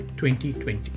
2020